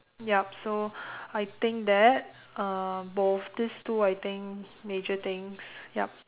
yup so I think that uh both this two I think major things yup